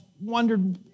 wondered